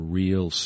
real